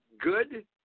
good